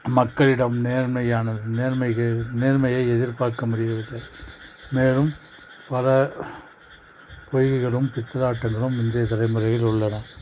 மக்களிடம் நேர்மையான நேர்மையே நேர்மையை எதிர்பார்க்க முடியவில்லை மேலும் பல பொய்களும் பித்தலாட்டங்களும் இன்றைய தலைமுறையில் உள்ளன